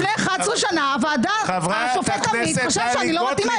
לפני 11 שנה השופט עמית חשב שאני לא מתאימה,